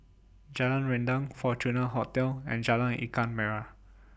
Jalan Rendang Fortuna Hotel and Jalan Ikan Merah